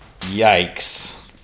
Yikes